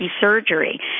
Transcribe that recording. surgery